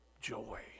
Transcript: joy